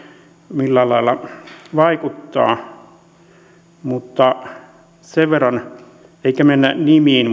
millään lailla vaikuttaa mutta sen verran sanon eikä mennä nimiin